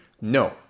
No